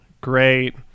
great